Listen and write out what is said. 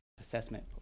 assessment